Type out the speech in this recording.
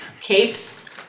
Capes